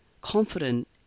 confident